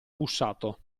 bussato